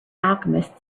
alchemist